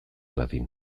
dadin